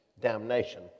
damnation